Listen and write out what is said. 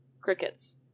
crickets